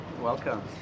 welcome